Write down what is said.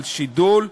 על שידול,